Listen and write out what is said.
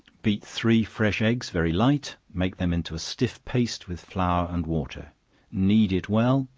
beat three fresh eggs very light, make them into a stiff paste, with flour and water knead it well,